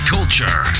Culture